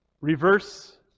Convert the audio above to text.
Reverse